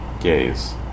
gaze